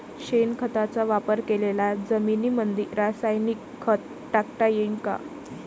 शेणखताचा वापर केलेल्या जमीनीमंदी रासायनिक खत टाकता येईन का?